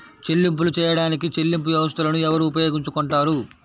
చెల్లింపులు చేయడానికి చెల్లింపు వ్యవస్థలను ఎవరు ఉపయోగించుకొంటారు?